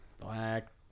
Black